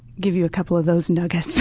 give you a couple of those nuggets.